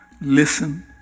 listen